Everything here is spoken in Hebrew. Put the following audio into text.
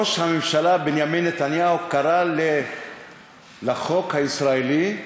ראש הממשלה בנימין נתניהו קרא לחוק הישראלי,